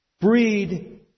breed